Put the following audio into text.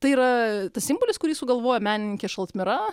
tai yra tas simbolis kurį sugalvojo menininkės šaltmira